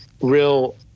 real